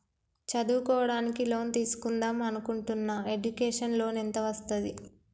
చదువుకోవడానికి లోన్ తీస్కుందాం అనుకుంటున్నా ఎడ్యుకేషన్ లోన్ ఎంత వస్తది?